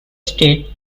state